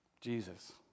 Jesus